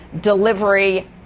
delivery